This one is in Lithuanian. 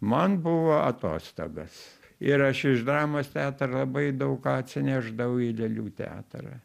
man buvo atostogos ir aš iš dramos teatro labai daug ką atsinešdavau į lėlių teatrą